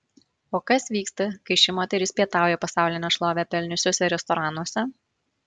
o kas vyksta kai ši moteris pietauja pasaulinę šlovę pelniusiuose restoranuose